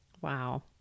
wow